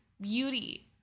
beauty